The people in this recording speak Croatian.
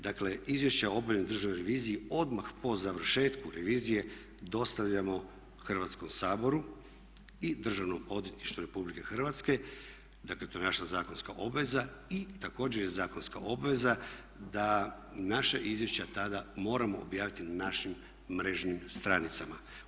Dakle, izvješća o obavljenoj državnoj reviziji odmah po završetku revizije dostavljamo Hrvatskom saboru i Državnom odvjetništvu Republike Hrvatske, dakle to je naša zakonska obveza, i također je zakonska obveza da naša izvješća tada moramo objaviti na našim mrežnim stranicama.